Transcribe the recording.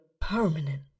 permanent